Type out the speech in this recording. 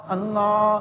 Allah